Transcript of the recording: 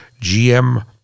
GM